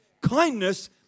Kindness